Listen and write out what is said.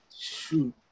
Shoot